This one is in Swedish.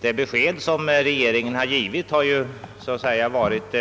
Det besked som regeringen givit har så att säga varit